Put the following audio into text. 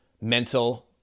mental